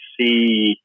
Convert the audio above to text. see